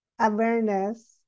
awareness